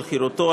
על חירותו,